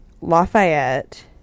Lafayette